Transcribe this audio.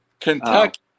Kentucky